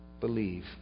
believe